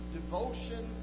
devotion